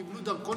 קיבלו דרכון,